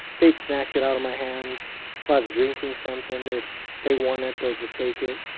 they'd snatch it out of my hands. if i'm drinking something, if they want it, they'll just take it.